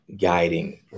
guiding